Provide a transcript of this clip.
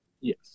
Yes